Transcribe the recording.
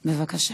בבקשה.